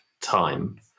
time